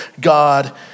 God